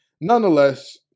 nonetheless